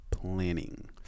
planning